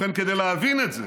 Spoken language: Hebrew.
ובכן, כדי להבין את זה